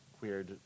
weird